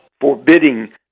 forbidding